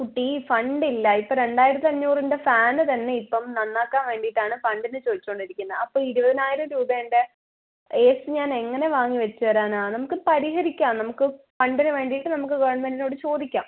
കുട്ടീ ഫണ്ടില്ല ഇപ്പം രണ്ടായിരത്തഞ്ഞൂറിൻ്റെ ഫാന് തന്നെ ഇപ്പം നന്നാക്കാൻ വേണ്ടിയിട്ടാണ് ഫണ്ടിന് ചോദിച്ചോണ്ടിരിക്കുന്നത് അപ്പോൾ ഇരുപതിനായിരം രൂപ യുടെ ഏ സി ഞാൻ എങ്ങനെ വാങ്ങി വെച്ച് തരാനാണ് നമുക്ക് പരിഹരിക്കാം നമുക്ക് ഫണ്ടിന് വേണ്ടിയിട്ട് നമുക്ക് ഗവണ്മെൻറ്റിനോട് ചോദിക്കാം